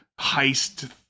heist